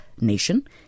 nation